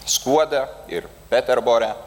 skuode ir peterbore